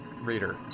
reader